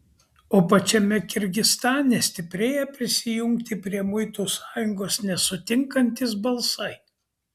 o pačiame kirgizstane stiprėja prisijungti prie muitų sąjungos nesutinkantys balsai